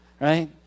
right